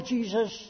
Jesus